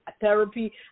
therapy